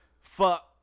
fuck